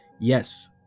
yes